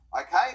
okay